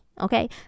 Okay